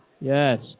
Yes